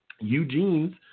Eugene's